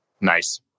Nice